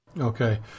Okay